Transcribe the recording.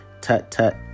Tut-tut